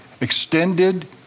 extended